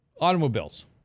Automobiles